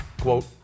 quote